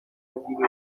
نگیری